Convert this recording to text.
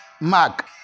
Mark